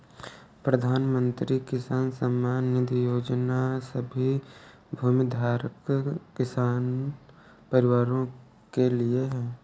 प्रधानमंत्री किसान सम्मान निधि योजना सभी भूमिधारक किसान परिवारों के लिए है